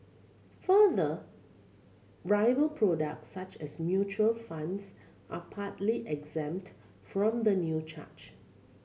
further rival products such as mutual funds are partly exempt from the new charge